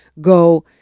go